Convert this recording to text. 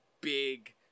big